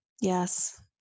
Yes